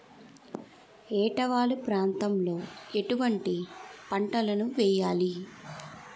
ఏటా వాలు ప్రాంతం లో ఎటువంటి పంటలు వేయాలి?